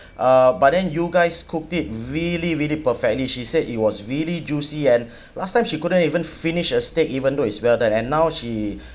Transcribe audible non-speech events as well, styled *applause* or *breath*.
uh but then you guys cook it really really perfectly she said it was really juicy and *breath* last time she couldn't even finish a steak even though is well done and now she *breath*